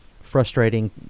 frustrating